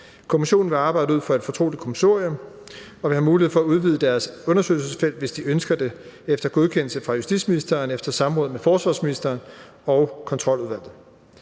Kommissionen vil arbejde ud fra et fortroligt kommissorium og vil have mulighed for at udvide deres undersøgelsesfelt, hvis de ønsker det, efter godkendelse fra justitsministeren efter samråd med forsvarsministeren og Kontroludvalget.